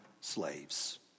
slaves